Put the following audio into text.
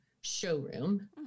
showroom